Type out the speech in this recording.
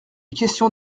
question